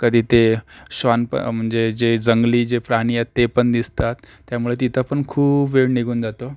कधी ते श्वान पण म्हणजे जे जंगली जे प्राणी आहेत ते पण दिसतात त्यामुळं तिथं पण खूप वेळ निघून जातो